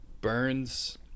Burns